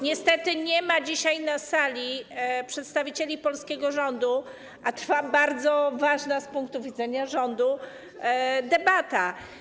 Niestety nie ma dzisiaj na sali przedstawicieli polskiego rządu, a trwa bardzo ważna z punktu widzenia rządu debata.